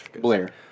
Blair